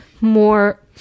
more